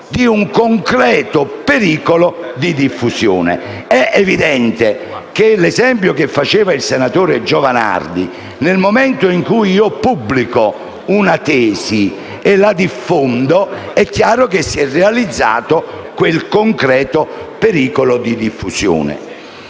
un concreto pericolo di diffusione. È evidente l'esempio che ha fatto il senatore Giovanardi: nel momento in cui pubblico una tesi e la diffondo, è chiaro che si è realizzato quel concreto pericolo di diffusione.